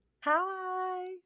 Hi